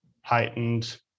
heightened